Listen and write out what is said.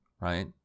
right